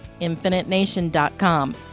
InfiniteNation.com